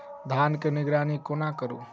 धान केँ निराई कोना करु?